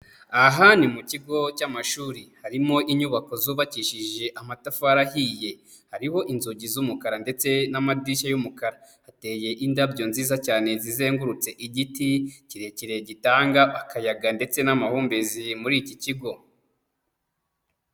Aha ni mu kigo cy'amashuri, harimo inyubako zubakishije amatafari ahiye. Hariho inzugi z'umukara ndetse n'amadirishya y'umukara. Hateye indabyo nziza cyane zizengurutse igiti, kirekire gitanga akayaga ndetse n'amahumbeziri muri iki kigo.